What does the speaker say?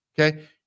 Okay